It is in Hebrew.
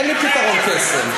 אין לי פתרון קסם.